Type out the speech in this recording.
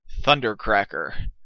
Thundercracker